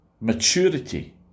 maturity